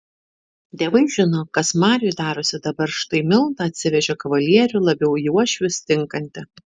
dievai žino kas mariui darosi dabar štai milda atsivežė kavalierių labiau į uošvius tinkantį